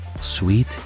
Sweet